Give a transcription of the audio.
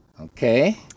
Okay